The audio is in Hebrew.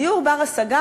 דיור בר-השגה,